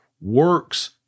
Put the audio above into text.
Works